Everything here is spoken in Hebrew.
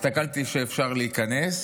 הסתכלתי שאפשר להיכנס,